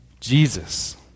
Jesus